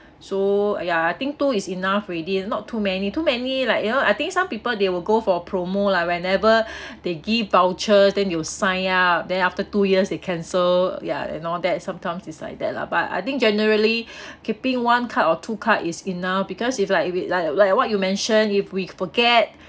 so ya I think two is enough already it's not too many too many like you know I think some people they will go for a promo lah whenever they give voucher then they will sign up then after two years they cancel ya and all that sometimes is like that lah but I think generally keeping one card or two card is enough because if like if like like what you mentioned if we forget